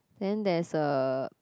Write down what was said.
then there's a